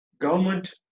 government